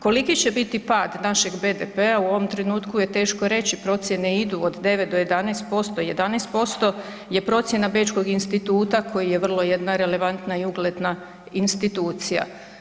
Koliki će biti pad našeg BDP-a u ovom trenutku je teško reći, procjene idu od 9 do 11%, 11% je procjena bečkog instituta koji je vrlo jedna relevantna i ugledna institucija.